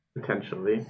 potentially